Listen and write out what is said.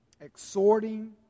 exhorting